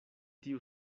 tiu